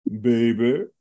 baby